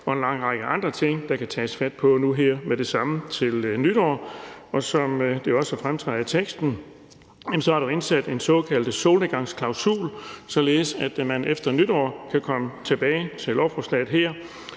og en lang række andre ting, der kan tages fat på med det samme, nu her til nytår. Og som det jo også fremgår af teksten, er der indsat en såkaldt solnedgangsklausul, således at man efter nytår kan vende tilbage til lovforslaget her